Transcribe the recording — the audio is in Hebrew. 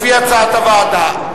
לפי הצעת הוועדה.